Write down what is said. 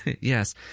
yes